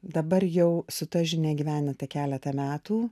dabar jau su ta žinia gyvenate keletą metų